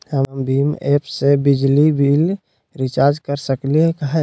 हम भीम ऐप से बिजली बिल रिचार्ज कर सकली हई?